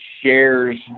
shares